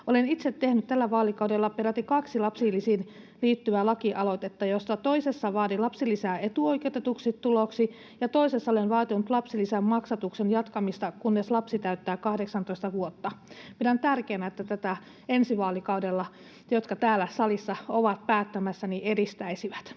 Olen itse tehnyt tällä vaalikaudella peräti kaksi lapsilisiin liittyvää lakialoitetta, joista toisessa vaadin lapsilisää etuoikeutetuksi tuloksi ja toisessa olen vaatinut lapsilisän maksatuksen jatkamista, kunnes lapsi täyttää 18 vuotta. Pidän tärkeänä, että tätä ensi vaalikaudella ne, jotka täällä salissa ovat päättämässä, edistäisivät.